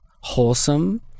wholesome